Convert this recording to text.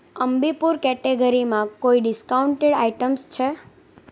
Ambi Pur કેટેગરીમાં કોઈ discounted items છે